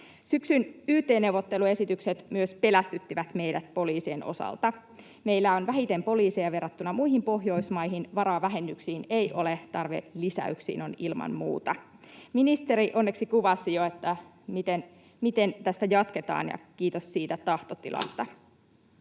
Syksyn yt-neuvotteluesitykset myös pelästyttivät meidät poliisien osalta. Meillä on vähiten poliiseja verrattuna muihin Pohjoismaihin. Varaa vähennyksiin ei ole, tarve lisäyksiin on ilman muuta. Ministeri onneksi kuvasi jo, miten tästä jatketaan, ja kiitos siitä tahtotilasta.